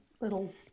little